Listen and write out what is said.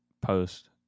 post